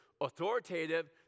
authoritative